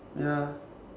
ya